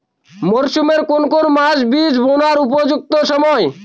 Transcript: মরসুমের কোন কোন মাস বীজ বোনার উপযুক্ত সময়?